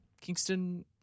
Kingston